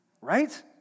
right